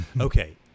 okay